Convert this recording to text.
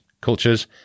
cultures